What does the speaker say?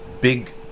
Big